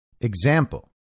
Example